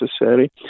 necessary